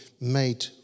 made